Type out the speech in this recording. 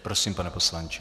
Prosím, pane poslanče.